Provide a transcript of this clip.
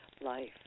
life